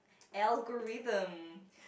algorithm